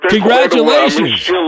Congratulations